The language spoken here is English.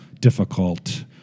difficult